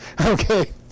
Okay